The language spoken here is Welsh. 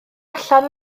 allan